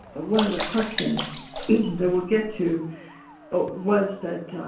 ah one of the questions that we'll get to was that,